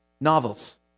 Novels